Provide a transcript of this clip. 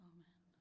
Amen